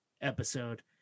episode